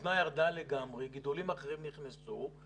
כותנה ירדה לגמרי, גידולים אחרים נכנסו,